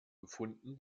gefunden